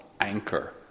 anchor